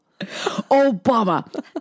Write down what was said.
Obama